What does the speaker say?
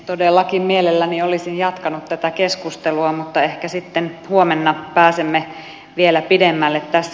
todellakin mielelläni olisin jatkanut tätä keskustelua mutta ehkä sitten huomenna pääsemme vielä pidemmälle tässä